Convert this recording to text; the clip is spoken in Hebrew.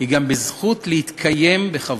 היא גם בזכות להתקיים בכבוד.